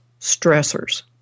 stressors